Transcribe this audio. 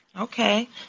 Okay